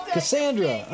Cassandra